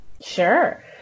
sure